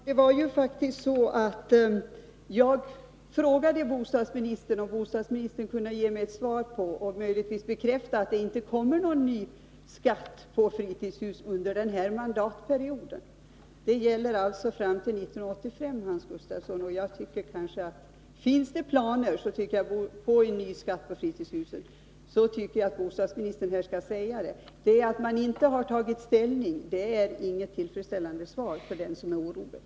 Herr talman! Jag frågade om bostadsministern kunde bekräfta att det inte kommer någon ny skatt på fritidshus under den här mandatperioden. Det gäller alltså fram till 1985, Hans Gustafsson. Finns det planer på en ny skatt på fritidshus, så tycker jag att bostadsministern här skall säga det. Att man inte tagit ställning är inget tillfredsställande svar för den som är oroad.